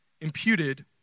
imputed